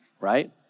right